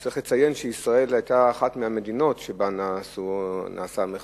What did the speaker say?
וצריך לציין שישראל היתה אחת המדינות שבה נעשה המחקר,